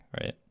right